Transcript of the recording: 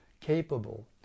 capable